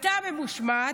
הייתה ממושמעת,